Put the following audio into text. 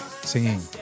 singing